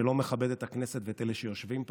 שלא מכבד את הכנסת ואת אלה שיושבים בה.